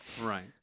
Right